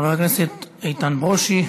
חבר הכנסת איתן ברושי.